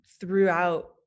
throughout